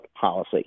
policy